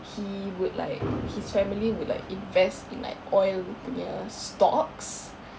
he would like his family would like invest in like oil punya stocks